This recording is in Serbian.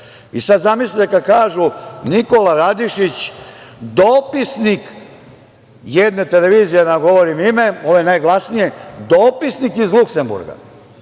da rade, zamislite kad kažu – Nikola Radišić, dopisnik jedne televizije, ne govorim ime, ove najglasnije, dopisnik iz Luksemburga.